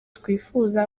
twifuza